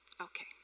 Okay